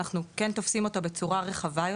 אנחנו כן תופסים אותו בצורה רחבה יותר.